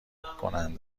کنند